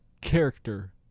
character